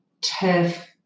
turf